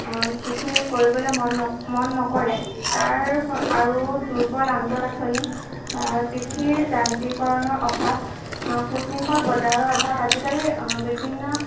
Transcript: কৃষি কৰিবলৈ মন মন নকৰে তাৰ আৰু দুৰ্বল আন্তঃগাঁথনি বা কৃষিৰ যান্ত্ৰিকৰণৰ অভাৱ সুশৃংখল বজাৰৰ অভাৱ আজিকালি বিভিন্ন